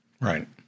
Right